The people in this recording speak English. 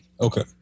Okay